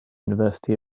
university